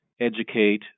educate